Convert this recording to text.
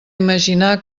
imaginar